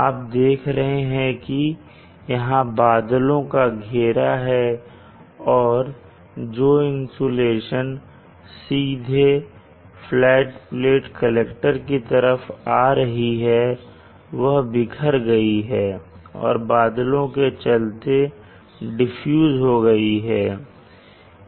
आप देख रहे हैं कि यहां बादलों का घेरा है और जो इंसुलेशन सीधे फ्लैट प्लेट कलेक्टर की तरफ आ रही हैं और वह बिखर गई है और बादलों के चलते डिफ्यूज हो गई है